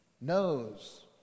knows